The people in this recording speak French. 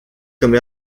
comme